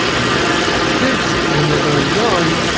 you know kids, when they're very young,